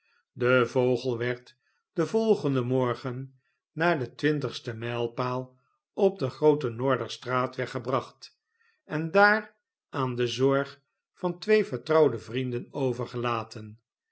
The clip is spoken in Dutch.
de vogel werd den volgenden morgen naar den twintigsten mu'lpaal op den grooten noorder straatweg gebracht en daar aan de zorg van twee vertrouwde vrienden